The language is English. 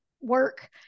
work